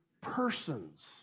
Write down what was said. persons